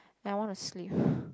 I wanna sleep